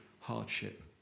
hardship